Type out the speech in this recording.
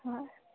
ꯍꯣꯏ